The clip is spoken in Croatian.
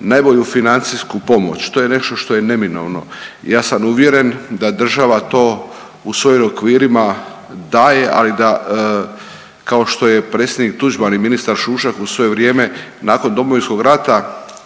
najbolju financijsku pomoć. To je nešto što je neminovno. Ja sam uvjeren da država to u svojim okvirima daje, ali da kao što je predsjednik Tuđman i ministar Šušak u svoje vrijeme nakon Domovinskog rata